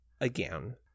again